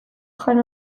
jan